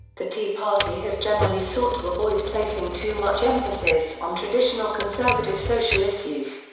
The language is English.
the tea party has generally sought to avoid placing too much emphasis on traditional conservative social issues.